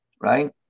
right